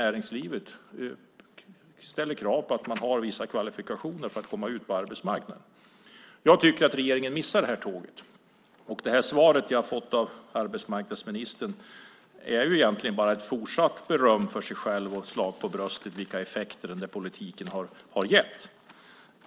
Näringslivet ställer krav på att man har vissa kvalifikationer för att komma ut på arbetsmarknaden. Jag tycker att regeringen missar det tåget. Det svar jag har fått av arbetsmarknadsministern är egentligen bara ett fortsatt beröm för sig själv och slag för bröstet när det gäller vilka effekter den där politiken har haft.